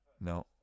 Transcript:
No